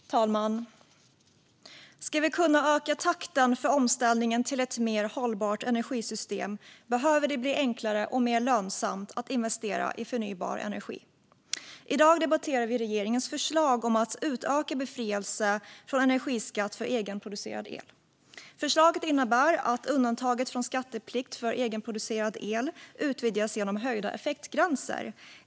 Fru talman! Ska vi kunna öka takten för omställningen till ett mer hållbart energisystem behöver det bli enklare och mer lönsamt att investera i förnybar energi. I dag debatterar vi regeringens förslag om en utökad befrielse från energiskatt för egenproducerad el. Förslaget innebär att undantaget från skatteplikt för egenproducerad el utvidgas genom höjda effektgränser.